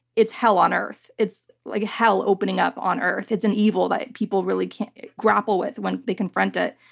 it's hell on earth. it's like hell opening up on earth. it's an evil that people really can't grapple with when they confront it.